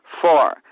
Four